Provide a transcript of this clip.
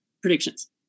predictions